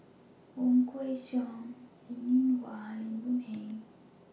Wong Kwei Cheong Linn in Hua and Lim Boon Heng